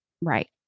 right